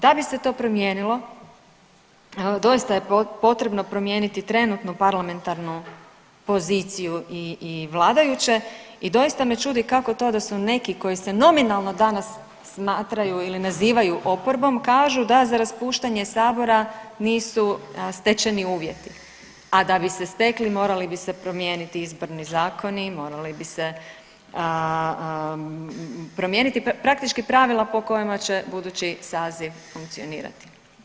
Da bi se to promijenilo doista je potrebno promijeniti trenutnu parlamentarnu poziciju i vladajuće i doista me čudi kako to da su neki koji se nominalno danas smatraju ili nazivaju oporbom kažu da za raspuštanje sabora nisu stečeni uvjeti, a da bi se stekli morali bi se promijeniti izborni zakoni, morali bi se promijeniti praktički pravila po kojima će budući saziv funkcionirati.